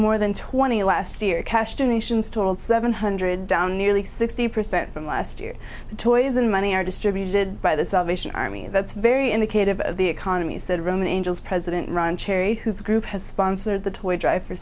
more than twenty last year cash donations totaled seven hundred down nearly sixty percent from last year the toys in money are distributed by the salvation army and that's very indicated by the economy said roman angels president ron cherry whose group has sponsored the toy drive for